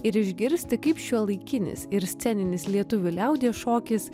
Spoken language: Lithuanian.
ir išgirsti kaip šiuolaikinis ir sceninis lietuvių liaudies šokis